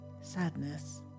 sadness